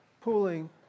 pooling